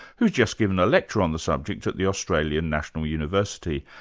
who's just given a lecture on the subject at the australian national university.